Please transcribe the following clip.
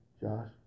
Josh